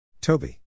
Toby